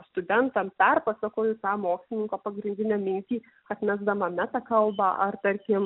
studentam perpasakoju tą mokslininko pagrindinę mintį atmesdama metakalbą ar tarkim